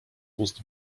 ust